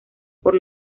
por